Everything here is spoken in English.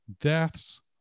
deaths